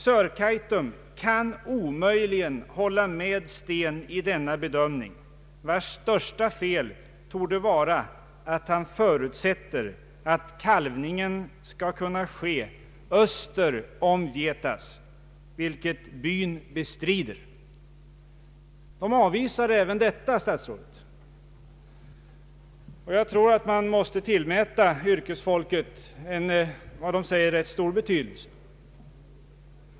Sörkaitum kan omöjligen hålla med Stéen i denna bedömning, vars största fel torde vara att han förutsätter att kalvning skall kunna ske öster om Vietas, vilket byn bestrider.” Man avvisar även de åtgärder som berörts i inlagan. Jag tror att man bör tillmäta yrkesfolkets uppfattning stor betydelse.